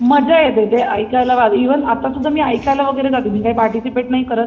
मजा येते ते ऐकायला इवन आतासुद्धा मी ऐकायला वगैरे जाते मी काय पार्टिसिपेट नाही करत